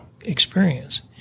experience